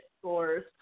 scores